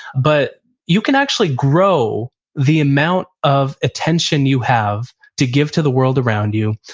but you can actually grow the amount of attention you have to give to the world around you.